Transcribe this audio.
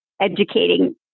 educating